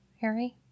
Harry